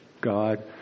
God